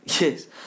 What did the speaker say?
Yes